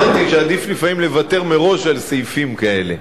לכן אני כמחוקק כבר הבנתי שעדיף לפעמים לוותר מראש על סעיפים כאלה,